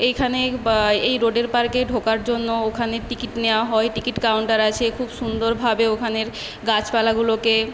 এইখানে বা এই রোডের পার্কে ঢোকার জন্য ওখানে টিকিট নেওয়া হয় টিকিট কাউন্টার আছে খুব সুন্দরভাবে ওখানের গাছপালাগুলোকে